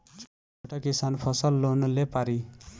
छोटा किसान फसल लोन ले पारी?